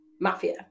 Mafia